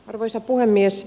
arvoisa puhemies